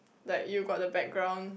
like you got the background